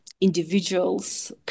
individuals